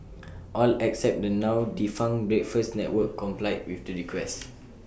all except the now defunct breakfast network complied with the request